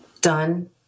done